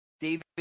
david